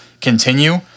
continue